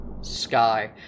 Sky